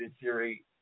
theory